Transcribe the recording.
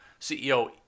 CEO